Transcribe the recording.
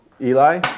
Eli